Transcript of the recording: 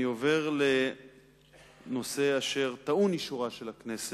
אני עובר לנושא אשר טעון אישורה של הכנסת,